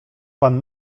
pani